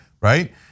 right